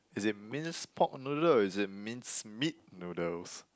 is it minced pork noodles or is it minced meat noodles